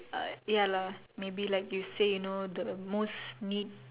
uh ya lah maybe like you say you know the most need